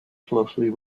closely